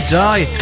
die